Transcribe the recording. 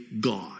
God